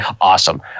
Awesome